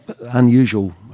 unusual